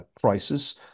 crisis